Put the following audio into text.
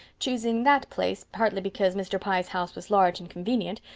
choosing that place, partly because mr. pye's house was large and convenient,